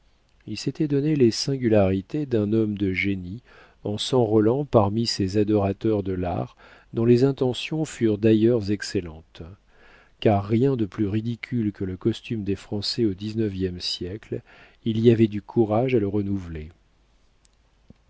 il s'était donné les singularités d'un homme de génie en s'enrôlant parmi ces adorateurs de l'art dont les intentions furent d'ailleurs excellentes car rien de plus ridicule que le costume des français au dix-neuvième siècle il y avait du courage à le renouveler